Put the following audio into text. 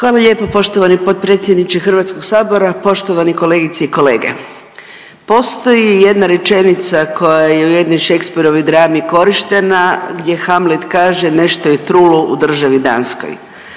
Hvala lijepo poštovani potpredsjedniče Hrvatskog sabora. Poštovane kolegice i kolege, postoji jedna rečenica koja je u jednoj Shakespeare drami korištena gdje Hamlet kaže nešto je trulo u državi Danskoj.